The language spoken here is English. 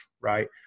Right